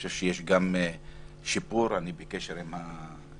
חושב שיש שיפור, אני בקשר עם המשפחה,